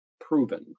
proven